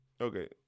Okay